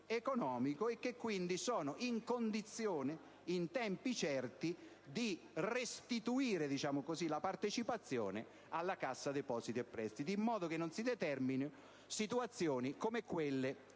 finanziario e che quindi sono in condizione, in tempi certi, di restituire la partecipazione alla Cassa depositi e prestiti, affinché non si determinino situazioni come quelle